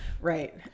Right